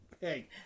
hey